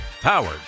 Powered